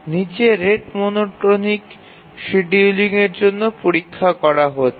নীচে rate monotonic শিডিয়ুলিংয়ের জন্য পরীক্ষা করা হচ্ছে